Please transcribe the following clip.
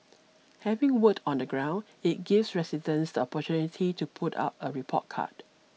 having worked on the ground it gives residents the opportunity to put out a report card